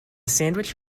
sandwich